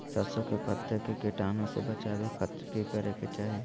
सरसों के पत्ता के कीटाणु से बचावे खातिर की करे के चाही?